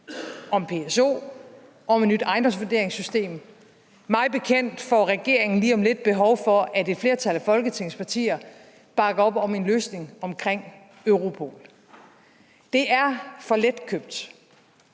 om PSO'en og om et nyt ejendomsvurderingssystem. Mig bekendt får regeringen lige om lidt behov for, at et flertal af Folketingets partier bakker op om en løsning omkring Europol. Det er for letkøbt